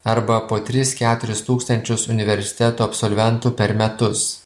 arba po tris keturis tūkstančius universiteto absolventų per metus